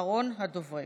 אחרון הדוברים.